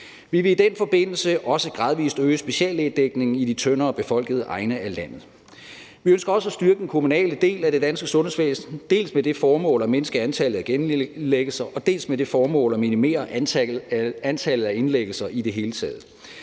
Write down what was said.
Vi vil i den forbindelse også gradvis øge speciallægedækningen i de tyndere befolkede egne af landet. Vi ønsker også at styrke den kommunale del af det danske sundhedsvæsen, dels med det formål at mindske antallet af genindlæggelser, dels med det formål at minimere antallet af indlæggelser i det hele taget.